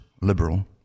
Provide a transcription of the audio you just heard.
liberal